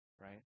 right